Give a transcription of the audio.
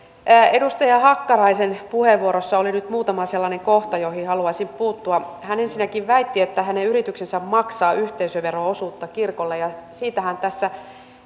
edustaja hakkaraisen puheenvuorossa oli nyt muutama sellainen kohta joihin haluaisin puuttua hän ensinnäkin väitti että hänen yrityksensä maksaa yhteisövero osuutta kirkolle ja siitähän tässä